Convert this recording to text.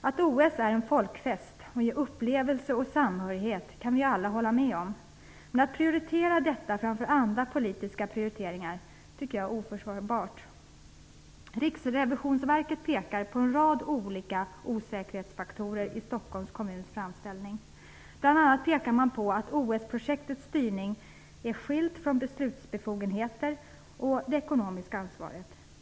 Att OS är en folkfest och ger upplevelser och samhörighet kan vi alla hålla med om. Men jag tycker att det är oförsvarbart att prioritera detta framför andra politiska prioriteringar. Riksrevisionsverket pekar på en rad osäkerhetsfaktorer i Stockholms kommuns framställning. Bl.a. pekar man på att OS-projektets styrning är skilt från beslutsbefogenheter och det ekonomiska ansvaret.